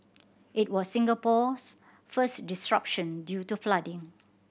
it was Singapore's first disruption due to flooding